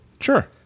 Sure